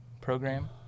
program